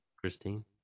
Christine